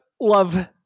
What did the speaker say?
love